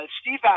Steve